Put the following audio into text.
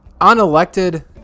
unelected